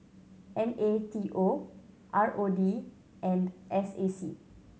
N A T O R O D and S A C